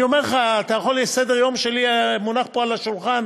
אני אומר לך, סדר-היום שלי מונח פה על השולחן,